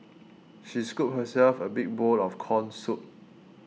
she scooped herself a big bowl of Corn Soup